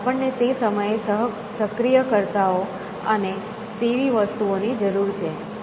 આપણને તે સમયે સક્રિયકર્તાઓ અને તેવી વસ્તુઓની જરૂર છે